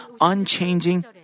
unchanging